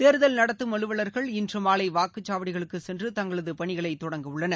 தேர்தல் நடத்தும் அலுவலர்கள் இன்று மாலை வாக்குச்சாவடிகளுக்குச் சென்று தங்களது பணிகளை தொடங்கவுள்ளனர்